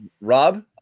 Rob